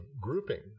grouping